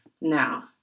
now